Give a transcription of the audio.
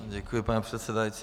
Děkuji, paní předsedající.